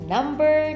Number